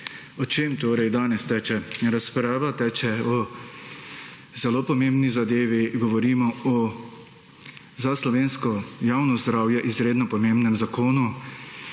O čem torej danes teče razprava? Teče o zelo pomembni zadevi, govorimo o za slovensko javno zdravje izredno pomembnem zakonu,